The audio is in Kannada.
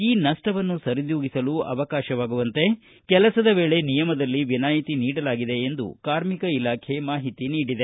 ಈ ನಷ್ಷವನ್ನು ಸರಿದೂಗಿಸಲು ಅವಕಾಶವಾಗುವಂತೆ ಕೆಲಸದ ವೇಳೆ ನಿಯಮದಲ್ಲಿ ವಿನಾಯಿತಿ ನೀಡಲಾಗಿದೆ ಎಂದು ಕಾರ್ಮಿಕ ಇಲಾಖೆ ಮಾಹಿತಿ ನೀಡಿದೆ